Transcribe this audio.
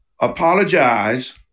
apologize